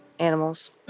Animals